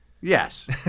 Yes